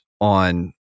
on